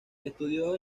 estudió